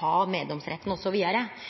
ha meddomsretten